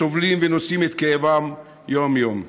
סובלים ונושאים את כאבם יום-יום.